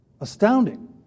Astounding